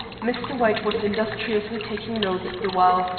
mr. white was industriously taking notes the while,